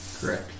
Correct